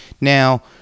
Now